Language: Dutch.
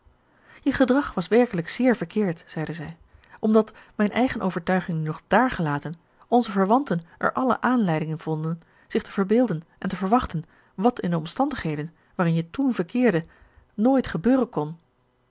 je gedrag was werkelijk zeer verkeerd zeide zij omdat mijn eigen overtuiging nu nog daargelaten onze verwanten er allen aanleiding in vonden zich te verbeelden en te verwachten wat in de omstandigheden waarin je toen verkeerde nooit gebeuren kon